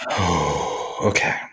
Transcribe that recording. Okay